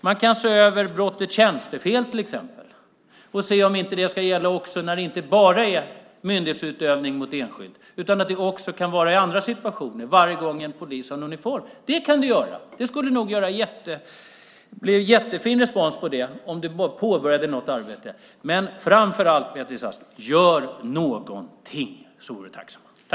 Man kan till exempel se över brottet tjänstefel för att se om det inte ska gälla också när det inte bara är myndighetsutövning mot enskild utan att det också kan gälla i andra situationer varje gång som en polis har en uniform. Det kan du göra. Det skulle nog bli jättefin respons på det om du bara påbörjade något arbete. Men framför allt, Beatrice Ask: Gör någonting så vore vi tacksamma.